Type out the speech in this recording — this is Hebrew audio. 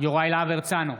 יוראי להב הרצנו,